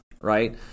right